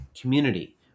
community